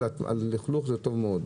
ללכלוך זה טוב מאוד,